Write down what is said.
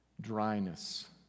Dryness